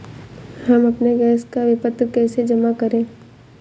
हम अपने गैस का विपत्र कैसे जमा करें?